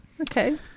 okay